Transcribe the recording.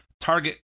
Target